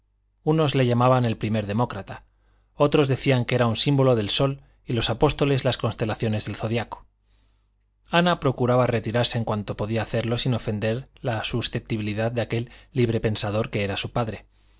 unos le llamaban el primer demócrata otros decían que era un símbolo del sol y los apóstoles las constelaciones del zodiaco ana procuraba retirarse en cuanto podía hacerlo sin ofender la susceptibilidad de aquel libre-pensador que era su padre